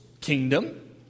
kingdom